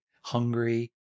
hungry